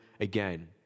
again